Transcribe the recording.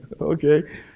Okay